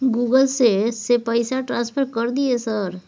Google से से पैसा ट्रांसफर कर दिय सर?